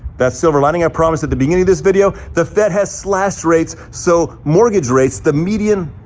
that silver lining i promised at the beginning of this video, the fed has slashed rates. so mortgage rates, the median.